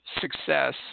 success